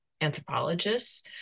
anthropologists